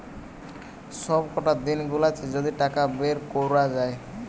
সবকটা দিন গুলাতে যদি টাকা বের কোরা যায়